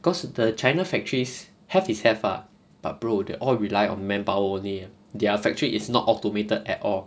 cause the china factories have is have ah but bro they all rely on manpower only their factory is not automated at all